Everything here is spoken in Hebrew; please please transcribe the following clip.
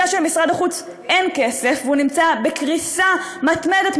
בגלל למשרד החוץ אין כסף והוא נמצא בקריסה מתמדת,